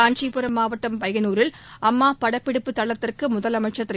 காஞ்சிபுரம் மாவட்டம் பையனூரில் அம்மா படப்பிடிப்பு தளத்திற்கு முதலமைச்சர் திரு